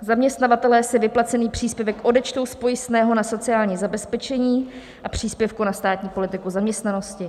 Zaměstnavatelé si vyplacený příspěvek odečtou z pojistného na sociální zabezpečení a příspěvku na státní politiku zaměstnanosti.